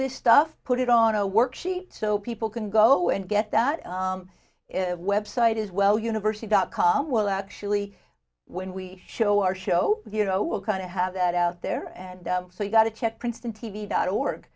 this stuff put it on a worksheet so people can go and get that website as well university dot com well actually when we show our show you know we'll kind of have that out there and so you got to check princeton t v dot org